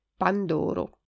Pandoro